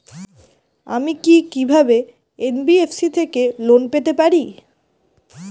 আমি কি কিভাবে এন.বি.এফ.সি থেকে লোন পেতে পারি?